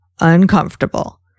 uncomfortable